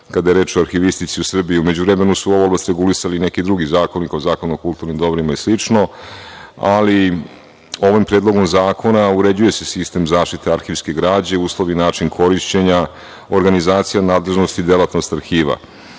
kada je reč o arhivistici u Srbiji. U međuvremenu su ovu oblast regulisani neki drugi zakoni, kao Zakon o kulturnim dobrima i slično. Ovim Predlogom zakona uređuje se sistem zaštite arhivske građe, uslov i način korišćenja, organizacija, nadležnost i delatnost arhiva. Kao